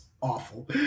Awful